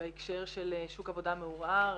בהקשר של שוק עבודה מעורער,